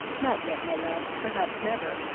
not yet, my love, perhaps never,